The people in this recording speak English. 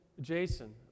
Jason